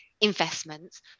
investments